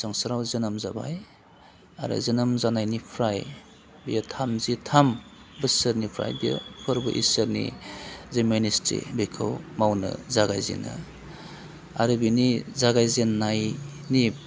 संसाराव जोनोम जाबाय आरो जोनोम जानायनिफ्राय बे थामजिथाम बोसोरनिफ्राय बे फोरबो ईसोरनि जि मेनेसटि बेखौ मावनो जागायजेनो आरो बिनि जागायजेन्नायनि